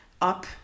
up